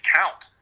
count